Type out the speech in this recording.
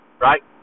right